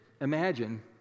imagine